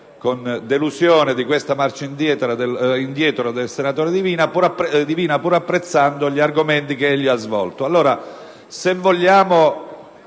con delusione della marcia indietro del senatore Divina, pur apprezzando gli argomenti che egli ha svolto.